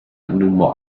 nummer